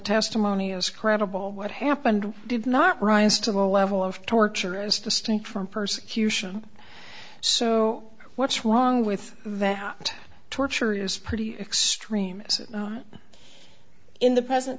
testimony as credible what happened did not rise to the level of torture as distinct from persecution so what's wrong with that torture is pretty extreme in the present